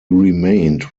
remained